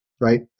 right